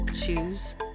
choose